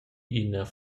ina